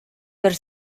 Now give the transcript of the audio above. бер